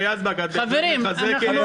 יזבק, את בהחלט מחזקת